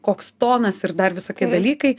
koks tonas ir dar visokie dalykai